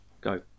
Go